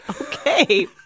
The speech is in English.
okay